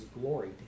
glory